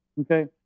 Okay